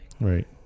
right